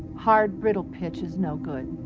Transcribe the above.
hard, brittle pitch is no good.